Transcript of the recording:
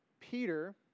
Peter